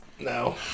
No